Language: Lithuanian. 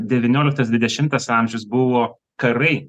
devynioliktas dvidešimtas amžius buvo karai